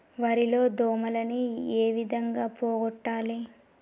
వరి లో దోమలని ఏ విధంగా పోగొట్టాలి?